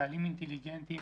חיילים אינטליגנטיים